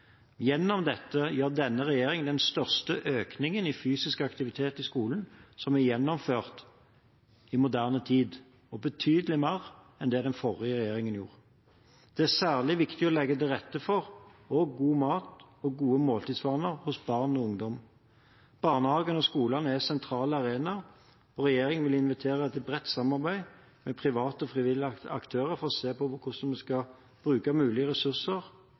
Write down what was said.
Gjennom dette gjør denne regjeringen den største økningen i fysisk aktivitet i skolen som er gjennomført i moderne tid – og betydelig mer enn den forrige regjeringen gjorde. Det er særlig viktig å legge til rette for gode mat- og måltidsvaner hos barn og ungdom. Barnehagene og skolene er sentrale arenaer, og regjeringen vil invitere til bredt samarbeid med private og frivillige aktører for se på hvordan mulige ressurser,